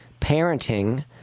parenting